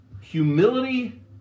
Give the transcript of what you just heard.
humility